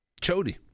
chody